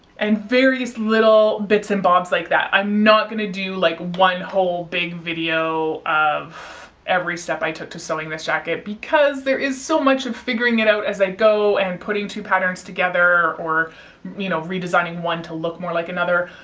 and various little bits and bobs like that. i'm not going to do like one whole big video of every step i took to sewing this jacket because there is so much of figuring it out as i go and putting two patterns together or you know redesigning one to look more like another.